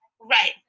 right